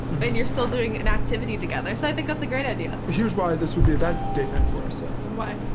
you're still doing an activity together, so i think that's a great idea. here's why this would be a bad date night for us, though. why?